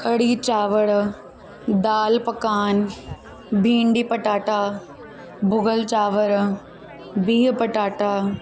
कढ़ी चांवर दाल पकान भींडी पटाटा भुॻल चांवर बिह पटाटा